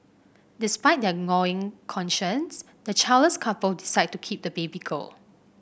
despite their gnawing conscience the childless couple decide to keep the baby girl